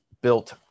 built